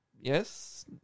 yes